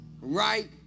right